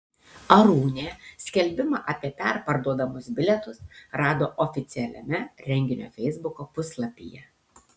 arūnė skelbimą apie perparduodamus bilietus rado oficialiame renginio feisbuko puslapyje